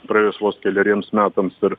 praėjus vos keleriems metams ir